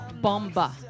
Bomba